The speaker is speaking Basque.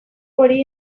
hori